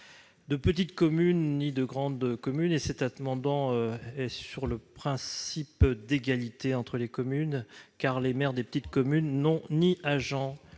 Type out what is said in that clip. ni petites communes ni grandes communes. Cet amendement concerne le principe d'égalité entre les communes, car les maires des petites communes n'ont ni agents